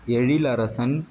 Ezhilarasan